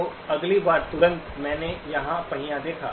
तो अगली बार तुरंत मैंने यहाँ पहिया देखा